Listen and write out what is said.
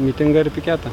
mitingą ir piketą